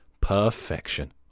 Perfection